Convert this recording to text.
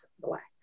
black